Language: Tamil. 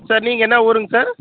சார் நீங்கள் என்ன ஊருங்க சார்